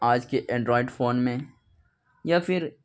آج کے Android phone میں یا پھر